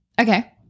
Okay